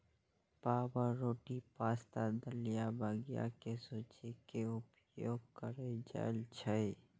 पावरोटी, पाश्ता, दलिया बनबै मे सूजी के उपयोग कैल जाइ छै